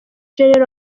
gen